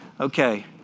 Okay